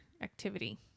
activity